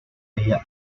ella